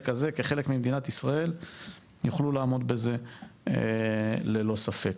הזה כחלק ממדינת ישראל יוכלו לעמוד בזה ללא ספק.